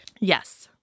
Yes